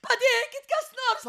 padėkit kas nors